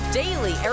daily